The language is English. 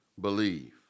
believe